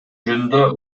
жөнүндө